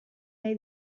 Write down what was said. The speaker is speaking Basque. nahi